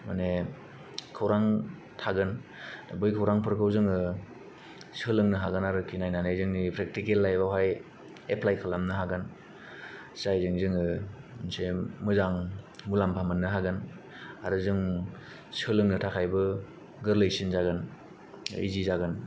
माने खौरां थागोन बै खौरांफोरखौ जोङो सोलोंनो हागोन आरोखि नायनानै जोंनि फ्रेक्थिकेल लायफावहाय एफ्लाय खालामनो हागोन जायजों जोङो जे मोजां मुलाम्फा मोननो हागोन आरो जोंनो सोलोंनो थाखायबो गोरलैसिन जागोन इजि जागोन